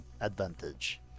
advantage